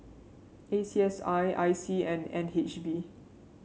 A C S I I C and N H B